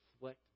reflect